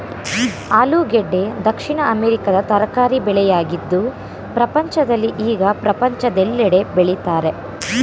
ಆಲೂಗೆಡ್ಡೆ ದಕ್ಷಿಣ ಅಮೆರಿಕದ ತರಕಾರಿ ಬೆಳೆಯಾಗಿದ್ದು ಪ್ರಪಂಚದಲ್ಲಿ ಈಗ ಪ್ರಪಂಚದೆಲ್ಲೆಡೆ ಬೆಳಿತರೆ